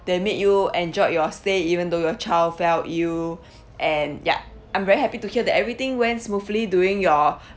they made you enjoyed your stay even though your child felt you and ya I'm very happy to hear that everything went smoothly during your